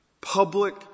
Public